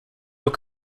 your